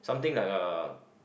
something like a